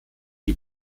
die